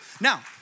Now